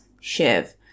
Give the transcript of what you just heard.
Shiv